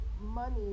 money